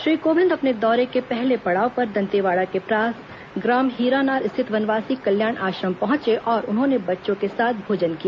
श्री कोविंद अपने दौरे के पहले पड़ाव पर दंतेवाड़ा के पास ग्राम हीरानार स्थित वनवासी कल्याण आश्रम पहुंचे और उन्होंने बच्चों के साथ भोजन किया